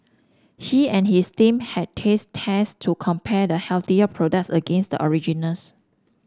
he and his team had taste tests to compare the healthier products against the originals